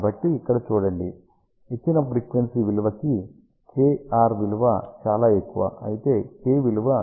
కాబట్టి ఇక్కడ చూడండి ఇచ్చిన ఫ్రీక్వెన్సీ విలువకి kr విలువ చాలా ఎక్కువ అయితే k విలువ 2π λ వద్ద స్థిరముగా ఉంటుంది